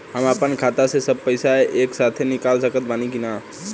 हम आपन खाता से सब पैसा एके साथे निकाल सकत बानी की ना?